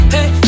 Hey